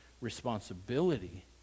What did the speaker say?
responsibility